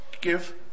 Give